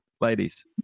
ladies